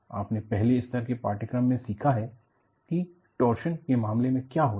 आपने पहले स्तर के पाठ्यक्रम में सीखा है कि टॉर्शनके मामले में क्या होता है